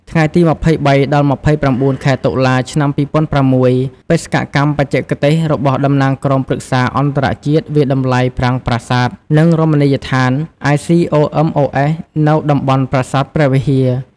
ថ្ងៃទី២៣ ដល់២៩ ខែតុលា ឆ្នាំ២០០៦ បេសកកម្មបច្ចេកទេសរបស់តំណាងក្រុមព្រឹក្សាអន្តរជាតិវាយតម្លៃប្រាង្គប្រាសាទ និងរមណីយដ្ឋាន ICOMOS នៅតំបន់ប្រាសាទព្រះវិហារ។